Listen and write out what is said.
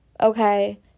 okay